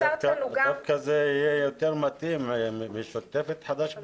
דווקא זה יהיה יותר מתאים משותפת חד"ש בל"ד,